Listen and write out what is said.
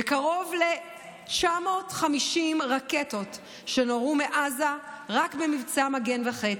קרוב ל-950 רקטות שנורו מעזה רק במבצע מגן וחץ,